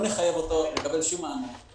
לא נחייב אותו לקבל שום מענק.